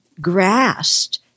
grasped